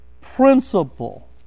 principle